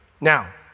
Now